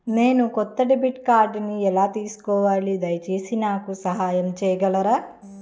నేను కొత్త డెబిట్ కార్డ్ని ఎలా తీసుకోవాలి, దయచేసి నాకు సహాయం చేయగలరా?